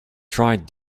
tried